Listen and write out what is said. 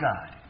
God